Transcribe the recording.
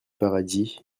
paradis